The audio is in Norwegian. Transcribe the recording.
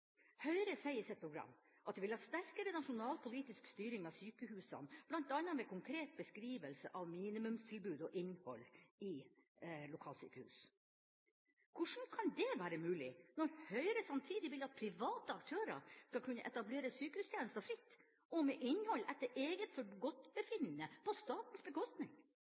Høyre sier i sitt program at de vil ha sterkere nasjonal, politisk styring av sykehusene, bl.a. med konkret beskrivelse av minimumstilbud og innhold i lokalsykehus. Hvordan kan det være mulig når Høyre samtidig vil at private aktører skal kunne etablere sykehustjenester fritt og med innhold etter eget forgodtbefinnende – på statens bekostning?